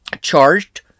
charged